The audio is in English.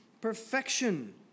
perfection